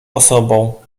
osobą